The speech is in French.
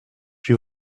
suis